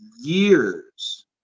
years